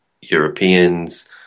Europeans